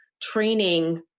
training